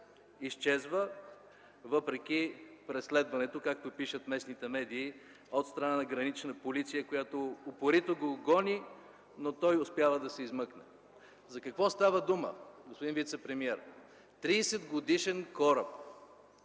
изчезва, въпреки преследването, както пишат местните медии, от страна на „Гранична полиция”, която упорито го гони, но той успява да се измъкне. За какво става дума, господин вицепремиер?! Тридесетгодишен кораб